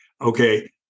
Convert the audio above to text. Okay